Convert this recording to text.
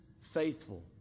faithful